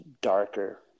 darker